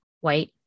white